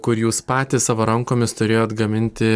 kur jūs patys savo rankomis turėjot gaminti